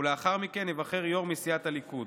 ולאחר מכן ייבחר יושב-ראש מסיעת הליכוד.